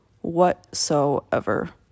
whatsoever